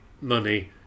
money